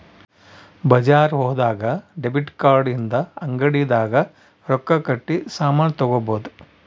ಬಜಾರ್ ಹೋದಾಗ debit card ಇಂದ ಅಂಗಡಿ ದಾಗ ರೊಕ್ಕ ಕಟ್ಟಿ ಸಾಮನ್ ತಗೊಬೊದು